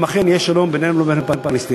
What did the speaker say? אכן יהיה שלום בינינו ובין הפלסטינים.